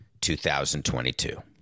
2022